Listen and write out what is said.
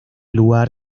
lugar